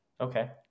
Okay